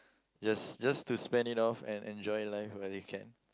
just just to spend it off and enjoy life while you can